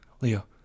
Leo